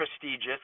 prestigious